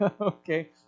Okay